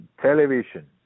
television